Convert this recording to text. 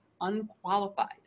unqualified